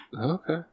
Okay